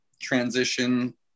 transition